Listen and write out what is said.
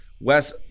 Wes